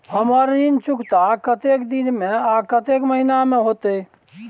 हमर ऋण चुकता कतेक दिन में आ कतेक महीना में होतै?